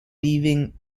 leaving